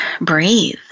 breathe